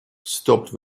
stopped